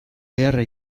beharra